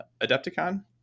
Adepticon